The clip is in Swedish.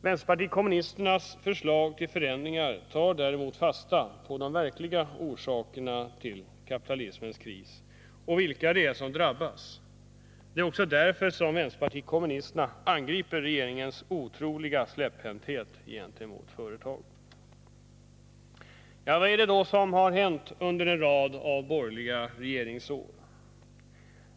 Vänsterpartiet kommunisternas förslag till förändringar tar däremot fasta på de verkliga orsakerna till kapitalismens kris och vilka det är som drabbas. Det är också därför som vpk angriper regeringens otroliga släpphänthet gentemot företagen. Vad är det då som har hänt under en rad borgerliga regeringsår?